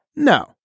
No